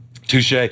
Touche